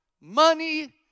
money